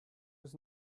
was